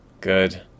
good